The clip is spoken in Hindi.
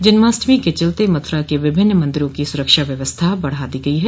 जन्माष्टमी के चलते मथुरा के विभिन्न मंदिरों की सुरक्षा व्यवस्था बढ़ा दी गई है